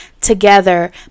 together